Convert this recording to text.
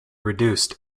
reduced